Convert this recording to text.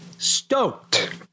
stoked